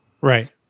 Right